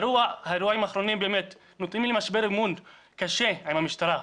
האירועים האחרונים נותנים לי משבר אמון קשה עם המשטרה.